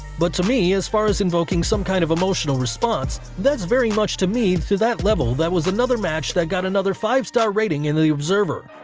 but to me as far as invoking as some kind of emotional response that's very much to me to that level that was another match that got another five-star rating in the the observer.